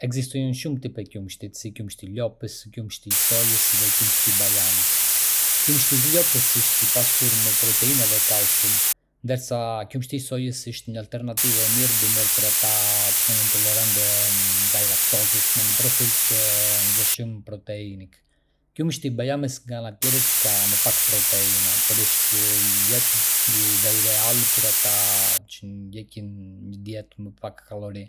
Perimet me gjethe jeshile, si sallata dhe spinaqi, mund të qëndrojnë në frigorifer deri në tre-pes ditë. Pas kësaj periudhe, ato fillojnë të prishen dhe mund të zhvillojnë myk ose baktere që i bëjnë të rrezikshme për t'u ngrënë.